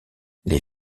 les